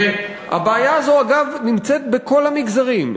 הבעיה הזאת, אגב, נמצאת בכל המגזרים.